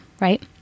Right